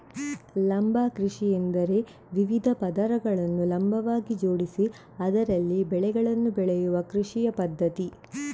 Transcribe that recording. ಲಂಬ ಕೃಷಿಯೆಂದರೆ ವಿವಿಧ ಪದರಗಳನ್ನು ಲಂಬವಾಗಿ ಜೋಡಿಸಿ ಅದರಲ್ಲಿ ಬೆಳೆಗಳನ್ನು ಬೆಳೆಯುವ ಕೃಷಿಯ ಪದ್ಧತಿ